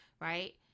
right